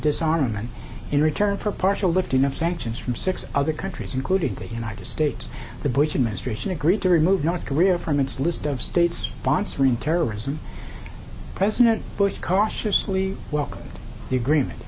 disarmament in return for partial lifting of sanctions from six other countries including the united states the bush administration agreed to remove north korea from its list of states wants room terrorism president bush cautiously welcomed the agreement